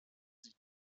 sie